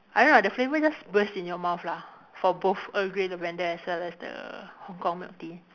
I don't know the flavour just burst in your mouth lah for both earl grey lavender as well as the Hong-Kong milk tea